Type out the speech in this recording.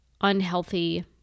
unhealthy